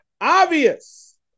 obvious